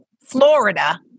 Florida